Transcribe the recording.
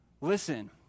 listen